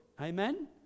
amen